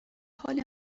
حال